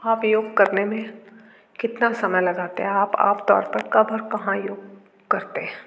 आप योग करने में कितना समय लगाते हैं आप आमतौर पर कब और कहाँ योग करते हैं